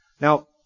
Now